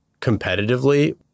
competitively